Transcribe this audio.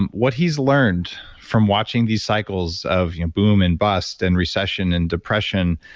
what he's learned from watching these cycles of you know boom and bust, and recession, and depression,